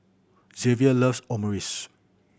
Xzavier loves Omurice